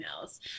emails